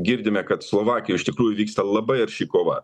girdime kad slovakijoj iš tikrųjų vyksta labai arši kova